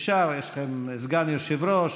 אפשר, יש לכם סגן יושב-ראש.